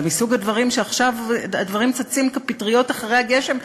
זה מסוג הדברים שעכשיו צצים כפטריות אחרי הגשם,